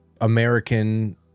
American